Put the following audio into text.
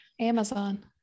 Amazon